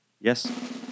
Yes